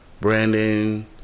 Brandon